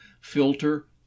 filter